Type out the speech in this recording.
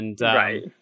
Right